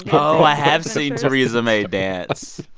oh, i have seen theresa may dance.